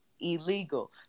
illegal